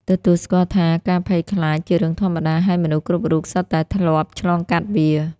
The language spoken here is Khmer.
ទទួលស្គាល់ថាការភ័យខ្លាចជារឿងធម្មតា ហើយមនុស្សគ្រប់រូបសុទ្ធតែធ្លាប់ឆ្លងកាត់វា។